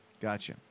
Gotcha